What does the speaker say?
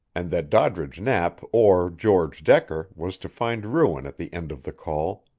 and that doddridge knapp or george decker was to find ruin at the end of the call,